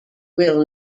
will